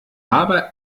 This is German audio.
aber